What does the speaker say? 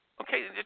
Okay